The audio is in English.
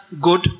good